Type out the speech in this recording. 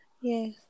Yes